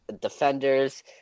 defenders